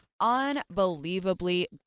unbelievably